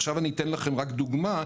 עכשיו אתן לכם רק דוגמה,